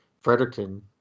Fredericton